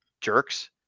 jerks